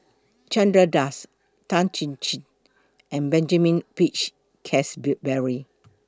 Chandra Das Tan Chin Chin and Benjamin Peach Keasberry